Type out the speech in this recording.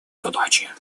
задачи